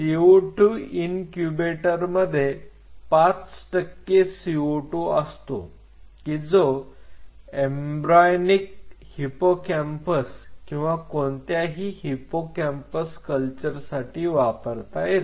CO2 incubator मध्ये 5 टक्के CO2 असतो की जो एम्ब्र्योनिक हिप्पोकॅम्पस किंवा कोणत्याही हिपोकॅम्पस कल्चरसाठी वापरता येते